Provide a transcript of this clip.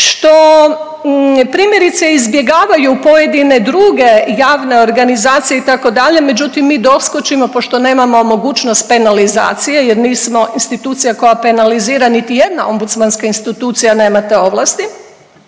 što primjerice izbjegavaju pojedine druge organizacije itd. Međutim, mi doskočimo pošto nemamo mogućnost penalizacije, jer nismo institucija koja penalizira niti jedna ombudsmanska institucija nema te ovlasti